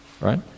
right